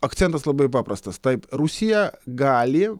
akcentas labai paprastas taip rusija gali